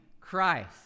Christ